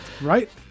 Right